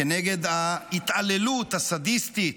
כנגד ההתעללות הסדיסטית,